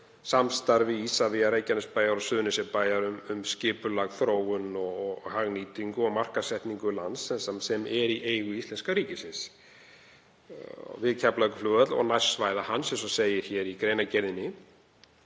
samstarfi Isavia, Reykjanesbæjar og Suðurnesjabæjar um skipulag, þróun og hagnýtingu og markaðssetningu lands sem er í eigu íslenska ríkisins við Keflavíkurflugvöll og nærsvæði hans, eins og segir í greinargerðinni.